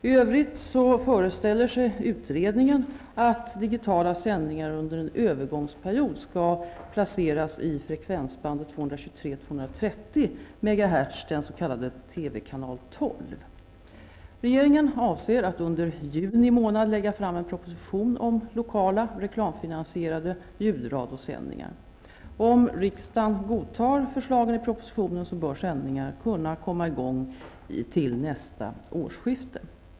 I övrigt föreställer sig utredningen att digitala sändningar under en övergångsperiod skall placeras i frekvensbandet 223--230 MHz, den s.k. TV-kanal Regeringen avser att under juni månad lägga fram en proposition om lokala, reklamfinansierade ljudradiosändningar. Om riksdagen godtar förslagen i propositionen bör sändningar kunna komma i gång till nästa årsskifte.